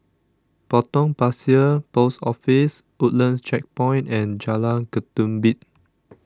Potong Pasir Post Office Woodlands Checkpoint and Jalan Ketumbit